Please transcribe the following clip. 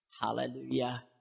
Hallelujah